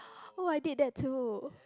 oh I did that too